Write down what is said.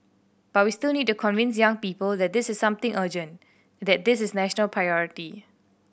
but we still need to convince young people that this is something urgent that this is national priority